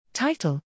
Title